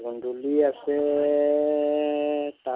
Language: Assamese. কুন্দুলি আছে তাৰপৰা